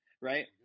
right